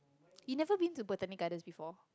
you've never been to Botanic-Gardens before